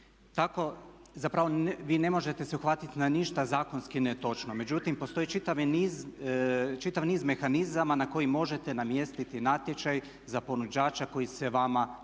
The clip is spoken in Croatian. Tako zapravo vi ne možete se uhvatiti na ništa zakonski netočno. Međutim, postoji čitav niz mehanizama na koji možete namjestiti natječaj za ponuđača koji se vama čini